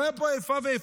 לא הייתה פה איפה ואיפה,